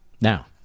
Now